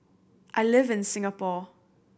I live in Singapore